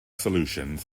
solutions